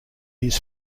his